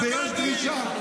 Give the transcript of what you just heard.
יש דרישה.